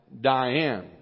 Diane